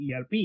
ERP